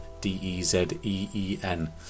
D-E-Z-E-E-N